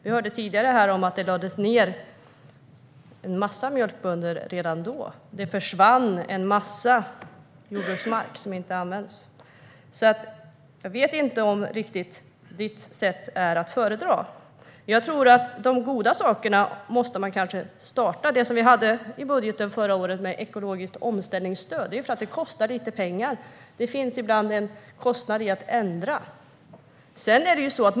Vi hörde tidigare att en massa mjölkbönder fick lägga ned redan då. Det försvann en massa jordbruksmark, som inte används. Jag vet alltså inte riktigt om ditt sätt är att föredra. De goda sakerna måste man starta. Det vi hade i budgeten förra året med ekologiskt omställningsstöd kostar lite pengar. Det finns ibland en kostnad i att ändra.